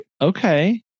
okay